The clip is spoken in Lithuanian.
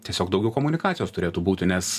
tiesiog daugiau komunikacijos turėtų būti nes